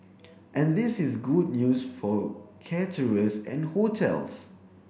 and this is good news for caterers and hotels